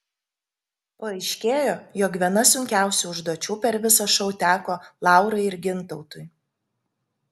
paaiškėjo jog viena sunkiausių užduočių per visą šou teko laurai ir gintautui